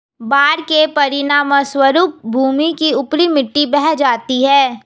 बाढ़ के परिणामस्वरूप भूमि की ऊपरी मिट्टी बह जाती है